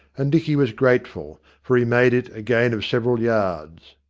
and dicky was grateful, for he made it a gain of several yards.